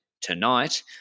tonight